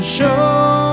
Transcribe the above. show